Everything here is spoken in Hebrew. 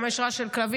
למה יש רעש של כלבים?